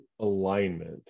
alignment